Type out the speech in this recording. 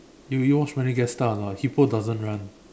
you you watch Madagascar or not hippo doesn't run